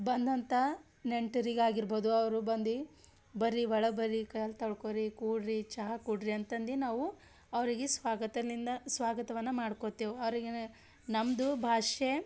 ಬಂದಂಥ ನೆಂಟರಿಗಾಗಿರ್ಬೋದು ಅವರು ಬಂದು ಬನ್ರಿ ಒಳಗೆ ಬನ್ರಿ ಕಾಲು ತೊಳ್ಕೊಳ್ರಿ ಕೂಡಿ ರಿ ಚಾ ಕುಡಿರಿ ಅಂತಂದು ನಾವು ಅವ್ರಿಗೆ ಸ್ವಾಗತದಿಂದ ಸ್ವಾಗತವನ್ನ ಮಾಡ್ಕೊತೇವೆ ಅವ್ರಿಗೆ ನಮ್ಮದು ಭಾಷೆ